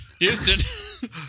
Houston